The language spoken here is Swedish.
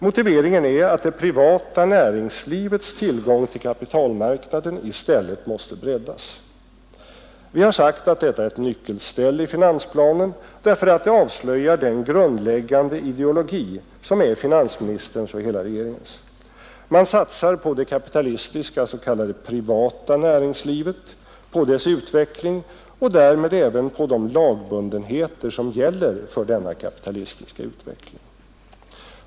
Motiveringen är att det privata näringslivets tillgång till kapitalmarknaden i stället måste breddas. Vi har sagt att detta är ett nyckelställe i finansplanen därför att det avslöjar den grundläggande ideologi som är finansministerns och hela regeringens. Man satsar på det kapitalistiska s.k. privata näringslivet, på dess utveckling och därmed även på de lagbundenheter som gäller för den kapitalistiska utvecklingen.